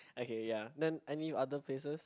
okay ya then any other places